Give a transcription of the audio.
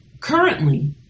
Currently